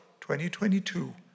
2022